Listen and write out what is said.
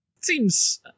seems